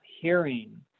hearing